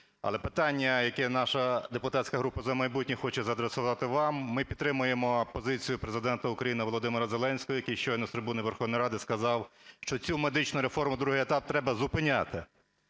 Але питання, яке наша депутатська група "За майбутнє" хоче задресувати вам. Ми підтримуємо позицію Президента України Володимира Зеленського, який щойно з трибуни Верховної Ради сказав, що цю медичну реформу, другий етап, треба зупиняти,